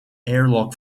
airlock